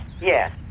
Yes